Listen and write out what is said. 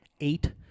eight